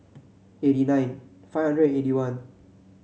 eighty nine five hundred and eighty one